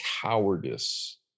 cowardice